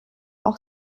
auch